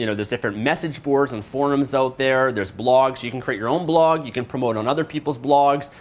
you know there's different message boards and forums out there. there's blogs, you can create your own blog, you can promote on other people's blogs,